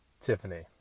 Tiffany